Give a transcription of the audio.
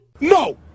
No